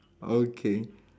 okay